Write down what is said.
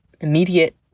immediate